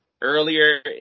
earlier